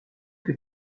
que